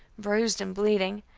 bruised and bleeding,